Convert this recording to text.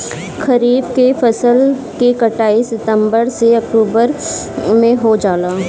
खरीफ के फसल के कटाई सितंबर से ओक्टुबर में हो जाला